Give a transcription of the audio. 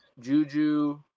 Juju